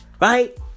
Right